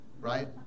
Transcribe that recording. right